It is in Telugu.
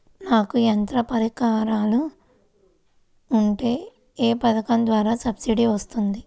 నాకు యంత్ర పరికరాలు ఉంటే ఏ పథకం ద్వారా సబ్సిడీ వస్తుంది?